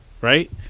Right